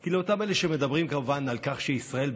כי אותם אלה שמדברים כמובן על כך שישראל,